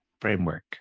framework